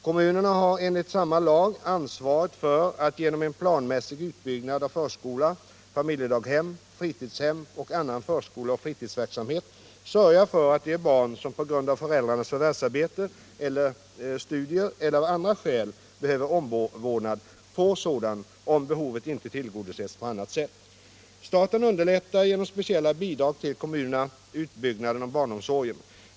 Kommunerna har enligt samma lag ansvaret för att genom en planmässig utbyggnad av förskola, familjedaghem, fritidshem och annan förskoleoch fritidshemsverksamhet sörja för att de barn som på grund av föräldrarnas förvärvsarbete eller studier eller av andra skäl behöver omvårdnad får sådan, om behovet inte tillgodoses på annat sätt. Staten underlättar genom speciella bidrag till kommunerna utbyggnaden av barnomsorgen.